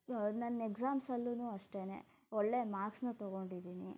ನನ್ನ ಎಕ್ಸಾಮ್ಸಲ್ಲೂ ಅಷ್ಟೆ ಒಳ್ಳೆಯ ಮಾರ್ಕ್ಸ್ನೂ ತಗೊಂಡಿದ್ದೀನಿ